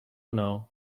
know